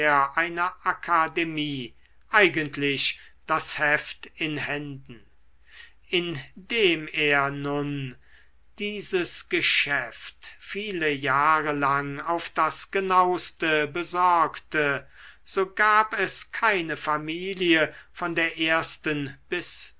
einer akademie eigentlich das heft in händen indem er nun dieses geschäft viele jahre lang auf das genauste besorgte so gab es keine familie von der ersten bis